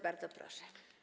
Bardzo proszę.